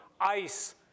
ice